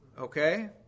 okay